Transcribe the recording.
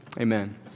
amen